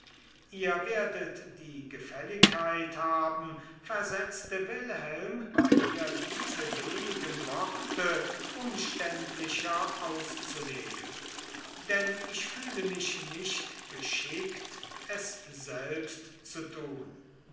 ihr werdet die gefälligkeit haben versetzte wilhelm mir diese wenigen worte umständlicher auszulegen denn ich fühle mich nicht geschickt es selbst zu tun